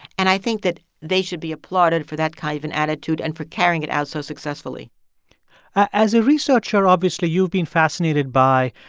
and i think that they should be applauded for that kind of an attitude and for carrying it out so successfully as a researcher, obviously you've been fascinated by,